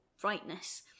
brightness